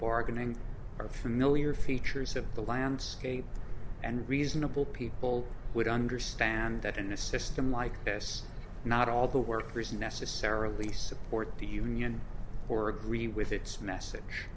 bargaining are familiar features of the landscape and reasonable people would understand that in a system like this not all the workers necessarily support the union or agree with its message